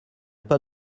pas